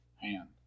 hand